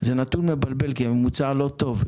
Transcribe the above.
זה נתון מבלבל, כי הממוצע לא טוב.